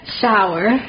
Shower